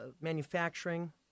manufacturing